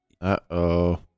Uh-oh